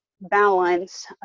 balance